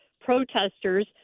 protesters